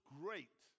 great